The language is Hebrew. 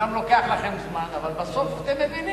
אומנם לוקח לכם זמן אבל בסוף אתם מבינים.